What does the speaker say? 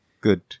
Good